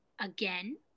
again